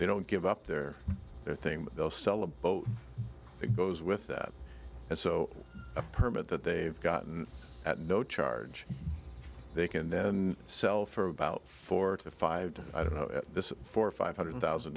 they don't give up their i think they'll sell a boat that goes with that and so a permit that they have gotten at no charge they can then sell for about four to five i don't know at this for five hundred thousand